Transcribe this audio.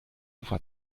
ufer